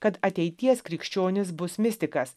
kad ateities krikščionis bus mistikas